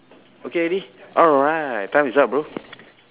okay already alright time is up bro